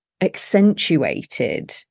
accentuated